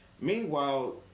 Meanwhile